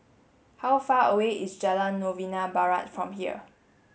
how far away is Jalan Novena Barat from here